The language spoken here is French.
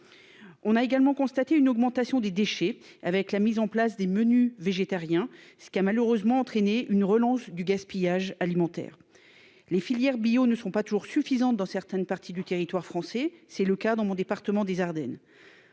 on a également constaté une augmentation des déchets avec la mise en place des menus végétariens, ce qui a malheureusement entraîner une relance du gaspillage alimentaire les filières bio ne sont pas toujours suffisantes dans certaines parties du territoire français, c'est le cas dans mon département des Ardennes